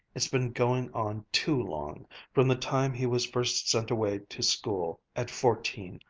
it's been going on too long from the time he was first sent away to school, at fourteen,